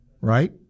right